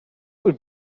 would